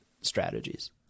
strategies